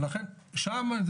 שם,